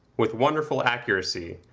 with wonderful accuracy,